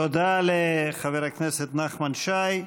תודה לחבר הכנסת נחמן שי.